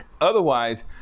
Otherwise